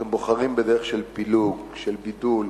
אתם בוחרים בדרך של פילוג, של בידול,